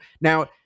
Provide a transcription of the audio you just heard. Now